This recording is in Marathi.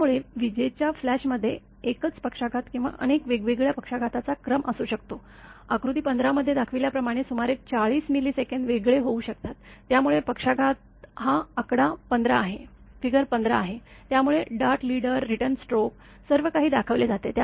त्यामुळे विजेच्या फ्लॅशमध्ये एकच पक्षाघात किंवा अनेक वेगवेगळ्या पक्षाघाताचा क्रम असू शकतो आकृती १५ मध्ये दाखवल्याप्रमाणे सुमारे ४० मिलीसेकंद वेगळे होऊ शकतात त्यामुळे प्रत्यक्षात हा आकडा १५ आहे त्यामुळे डार्ट लीडर रिटर्न स्ट्रोक सर्व काही दाखवले जाते